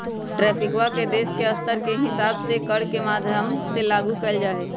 ट्रैफिकवा के देश के स्तर के हिसाब से कर के माध्यम से लागू कइल जाहई